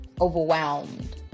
overwhelmed